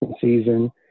season